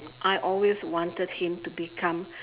I always wanted him to become